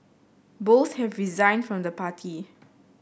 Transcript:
both have resigned from the party